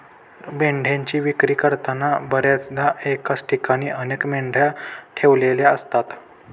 मेंढ्यांची विक्री करताना बर्याचदा एकाच ठिकाणी अनेक मेंढ्या ठेवलेल्या असतात